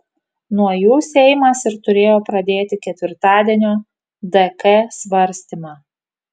nuo jų seimas ir turėjo pradėti ketvirtadienio dk svarstymą